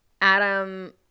adam